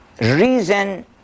reason